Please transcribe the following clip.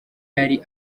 yari